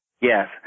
Yes